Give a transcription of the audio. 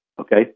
okay